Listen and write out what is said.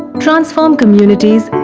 transform communities,